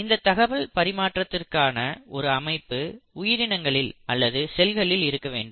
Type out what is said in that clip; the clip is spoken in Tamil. இந்த தகவல் பரிமாற்றத்திற்கான ஒரு அமைப்பு உயிரினங்களில் அல்லது செல்களில் இருக்க வேண்டும்